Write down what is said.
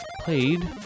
played